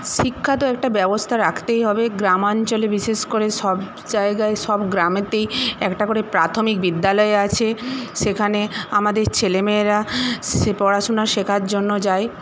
শিক্ষা তো একটা ব্যবস্থা রাখতেই হবে গ্রামাঞ্চলে বিশেষ করে সব জায়গায় সব গ্রামেতেই একটা করে প্রাথমিক বিদ্যালয় আছে সেখানে আমাদের ছেলেমেয়েরা পড়াশোনা শেখার জন্য যায়